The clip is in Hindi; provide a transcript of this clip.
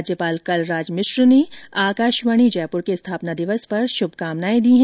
राज्यपाल कलराज मिश्र ने आकाशवाणी जयपूर के स्थापना दिवस पर शुभकामनाएं दी हैं